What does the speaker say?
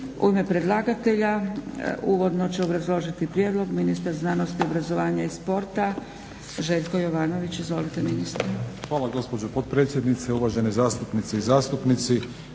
U ime predlagatelja uvodno će obrazložiti prijedlog ministar znanosti, obrazovanja i sporta Željko Jovanović. Izvolite ministre. **Jovanović, Željko (SDP)** Hvala gospođo potpredsjednice, uvažene zastupnice i zastupnici.